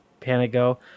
Panago